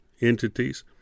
entities